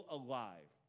alive